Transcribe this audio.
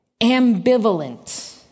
ambivalent